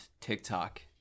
TikTok